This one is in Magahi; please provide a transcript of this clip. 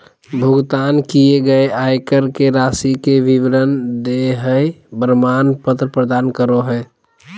भुगतान किए गए आयकर के राशि के विवरण देहइ प्रमाण पत्र प्रदान करो हइ